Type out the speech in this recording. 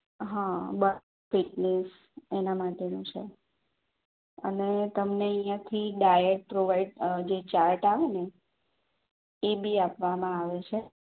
હા ફિટનેશ એના માટેનું છે અને તમને અહીંથી ડાયટ પ્રોવાઈડ જે ચાર્ટ આવેને એબી આપવામાં આવે છે